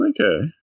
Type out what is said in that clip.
Okay